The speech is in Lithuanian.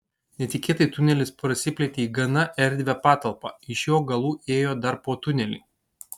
netikėtai tunelis prasiplėtė į gana erdvią patalpą iš jo galų ėjo dar po tunelį